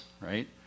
right